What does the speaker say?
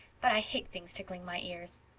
but i hate things tickling my ears.